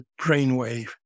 brainwave